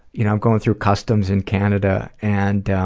you know i'm going through customs in canada, and,